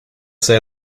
say